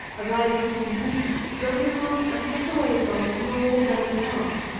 arising from wheat grown upon, and sent away from, your very farm!